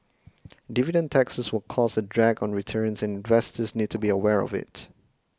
dividend taxes will cause a drag on returns and investors need to be aware of it